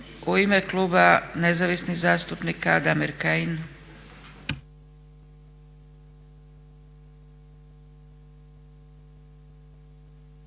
U ime kluba Nezavisnih zastupnika Damir Kajin.